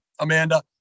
Amanda